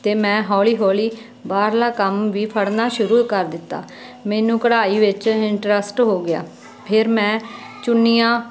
ਅਤੇ ਮੈਂ ਹੌਲੀ ਹੌਲੀ ਬਾਹਰਲਾ ਕੰਮ ਵੀ ਫੜਨਾ ਸ਼ੁਰੂ ਕਰ ਦਿੱਤਾ ਮੈਨੂੰ ਕਢਾਈ ਵਿੱਚ ਇੰਟਰਸਟ ਹੋ ਗਿਆ ਫੇਰ ਮੈਂ ਚੁੰਨੀਆਂ